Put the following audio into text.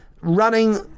running